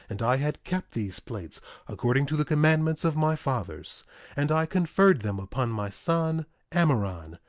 and i had kept these plates according to the commandments of my fathers and i conferred them upon my son amaron.